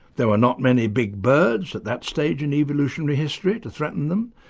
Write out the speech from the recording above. there were not many big birds at that stage in evolutionary history to threaten them,